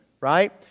right